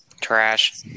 trash